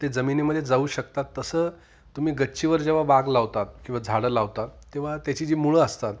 ते जमिनीमध्ये जाऊ शकतात तसं तुम्ही गच्चीवर जेव्हा बाग लावता किंवा झाडं लावता तेव्हा त्याची जी मुळं असतात